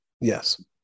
Yes